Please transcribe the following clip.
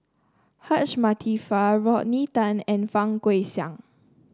Hajjah Fatimah Rodney Tan and Fang Guixiang